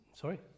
sorry